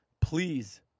please